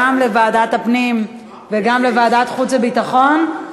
לוועדת הפנים והגנת הסביבה נתקבלה.